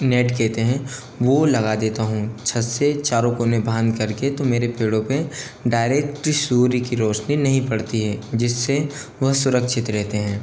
net केहते हैं वो लगा देता हूँ छत्त से चारों कोने बाँध कर के तो मेरे पेड़ो पर डायरेक्ट सूर्य की रौशनी नहीं पड़ती है जिस से वह सुरक्षित रेहते हैं